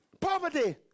Poverty